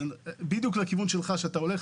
אז בדיוק לכיוון שאתה הולך,